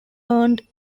earned